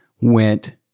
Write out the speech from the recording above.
went